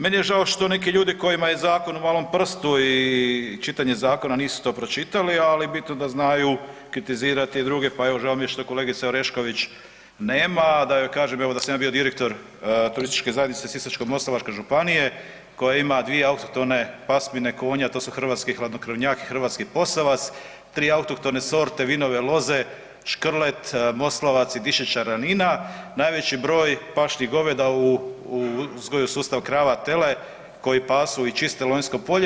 Meni je žao što neki ljudi kojima je zakon u malom prstu i čitanje zakona, nisu to pročitali, ali bitno da znaju kritizirati druge pa evo, žao mi je što kolegice Orešković nema da joj kažem evo, da sam ja bio direktor Turističke zajednice Sisačko-moslavačke županije koja ima dvije autohtone pasmine konja, to su Hrvatski hladnjokrvnjak i Hrvatski posavac, 3 autohtone sorte vinove loze Škrlet, Moslavac i Dišeća ranina, najveći broj pašnih goveda u uzgoju sustav krava-tele koji pasu i čiste Lonjsko polje.